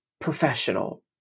professional